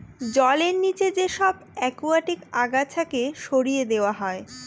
জলের নিচে যে সব একুয়াটিক আগাছাকে সরিয়ে দেওয়া হয়